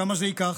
כמה שזה ייקח.